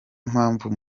mpamvu